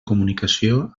comunicació